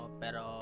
pero